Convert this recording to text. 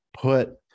Put